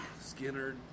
Skinner